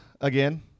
Again